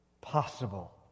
possible